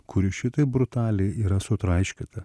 kuri šitaip brutaliai yra sutraiškyta